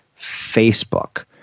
Facebook